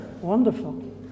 wonderful